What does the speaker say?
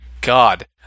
God